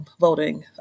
voting